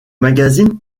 magazine